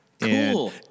Cool